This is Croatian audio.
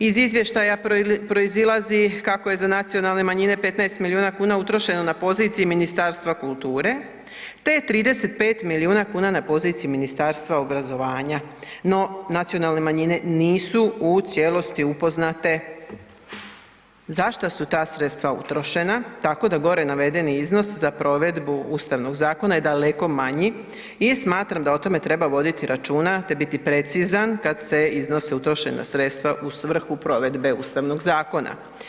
Iz izvještaja proizilazi kako je za nacionalne manjine, 15 milijuna kuna utrošena na poziciji Ministarstva kulture, te je 35 milijuna na poziciji Ministarstva obrazovanja no nacionalne manjine nisu u cijelosti upoznate za što su ta sredstva utrošena tako da gore navedeni iznos za provedbu Ustavnog zakona je daleko manji i smatram da o tome treba voditi računa te biti precizan kad se iznosi utrošena sredstva u svrhu provedbe Ustavnog zakona.